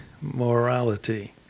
morality